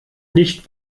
nicht